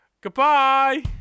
Goodbye